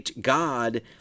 God